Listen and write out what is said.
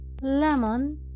Lemon